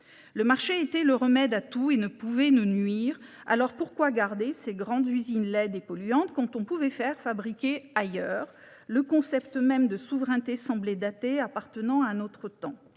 Le marché étant le remède à tout et ne pouvant nous nuire, pourquoi garder ces grandes usines laides et polluantes quand on pouvait faire fabriquer ailleurs ? Le concept même de souveraineté semblait appartenir à un autre temps.